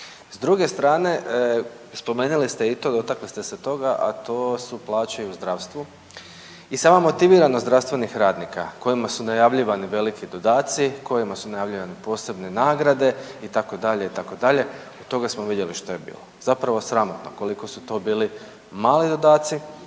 S druge strane spomenuli ste i to, dotakli ste se toga a to su plaće i u zdravstvu. I sama motiviranost zdravstvenih radnika kojima su najavljivani veliki dodati, kojima su najavljene posebne nagrade itd. od toga smo vidjeli što je bilo. Zapravo sramotno koliko su to bili mali dodaci